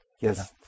Yes